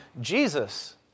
Jesus